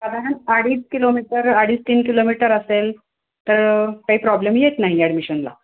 साधारण अडीच किलोमीटर अडीच तीन किलोमीटर असेल तर काही प्रॉब्लेम येत नाही ॲडमिशनला